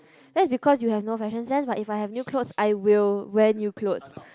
that's because you have no fashion sense but if I have new clothes I will wear new clothes